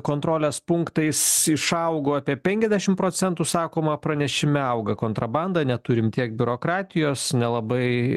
kontrolės punktais išaugo apie penkiasdešim procentų sakoma pranešime auga kontrabanda neturim tiek biurokratijos nelabai